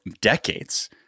decades